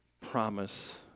promise